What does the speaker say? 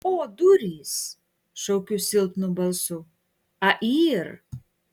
o durys šaukiu silpnu balsu a yr